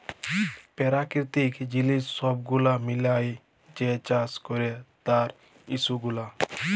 পেরাকিতিক জিলিস ছব গুলা মিলাঁয় যে চাষ ক্যরে তার ইস্যু গুলা